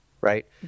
right